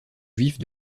juifs